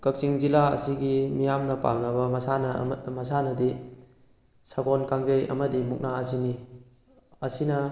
ꯀꯛꯆꯤꯡ ꯖꯤꯂꯥ ꯑꯁꯤꯒꯤ ꯃꯤꯌꯥꯝꯅ ꯄꯥꯝꯅꯕ ꯃꯁꯥꯅ ꯃꯁꯥꯅꯗꯤ ꯁꯒꯣꯜ ꯀꯥꯡꯖꯩ ꯑꯃꯗꯤ ꯃꯨꯛꯅꯥ ꯑꯁꯤꯅꯤ ꯑꯁꯤꯅ